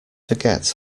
forget